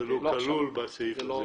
כלול בתקנה הזאת.